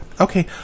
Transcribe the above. Okay